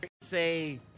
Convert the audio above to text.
Say